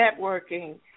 networking